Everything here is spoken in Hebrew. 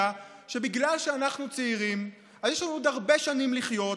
שבגלל שאנחנו צעירים יש לנו עוד הרבה שנים לחיות,